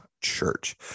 church